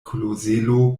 klozelo